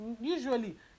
Usually